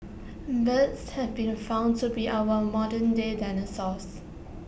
birds have been found to be our modern day dinosaurs